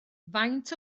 faint